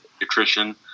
nutrition